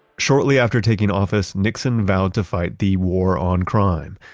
shortly after taking office, nixon vowed to fight the war on crime,